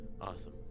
Awesome